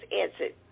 answered